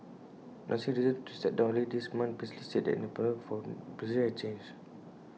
announcing her decision to step down earlier this month Mister lee said then that the atmosphere for politicians had changed